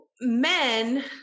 Men